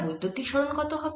বৈদ্যুতিক সরণ কত হবে